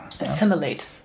assimilate